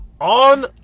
on